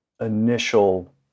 Initial